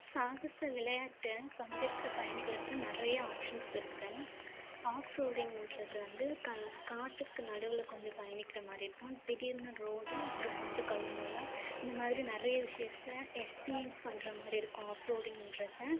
சாகச விளையாட்டில் பங்கேற்குற பயணிகளுக்கு நிறையா ஆப்ஷன்ஸ் இருக்குது ஆஃப் ரோடிங்ன்றது வந்து கா காட்டுக்கு நடுவில் கொஞ்சம் பயணிக்கிற மாதிரி இருக்கும் திடீர்னு ரோடு அப்புறம் கொஞ்சம் கல்லு முல்லா இந்த மாதிரி நிறைய விஷயத்த எக்ஸ்பீரியஸ் பண்ணுற மாதிரி இருக்கும் ஆஃப்ரோடிங்ன்றது